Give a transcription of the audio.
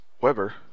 Weber